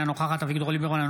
אינה נוכחת אביגדור ליברמן,